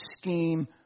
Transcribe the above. scheme